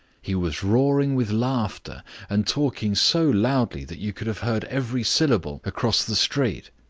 he was roaring with laughter and talking so loudly that you could have heard every syllable across the street.